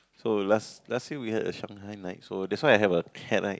so last last year we have a Shanghai Knight so that's why I had a had like